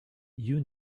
you